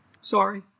Sorry